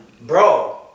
bro